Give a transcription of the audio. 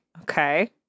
Okay